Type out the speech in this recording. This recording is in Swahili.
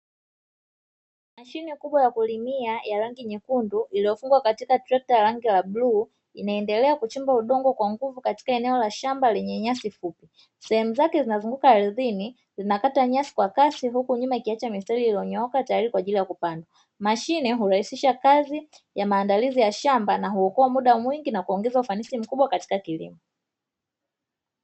Mashine kubwa ya kulimia ya rangi nyekundu iliyofungwa katika trekta la rangi ya bluu, inaendelea kuchimba udongo kwa nguvu katika eneo la shamba lenye nyasi fupi. Sehemu zake zinazunguka ardhini inakata nyasi kwa kasi huku nyuma ikiacha mistari iliyonyooka tayari kwa ajili ya kupandwa. Mashine hurahisisha kazi ya maandalizi ya shamba na huokoa muda mwingi na kuongeza ufanisi mkubwa katika kilimo.